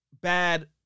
bad